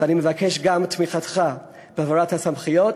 ואני מבקש גם את תמיכתך בהעברת הסמכויות.